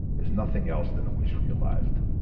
is nothing else than a wish realized.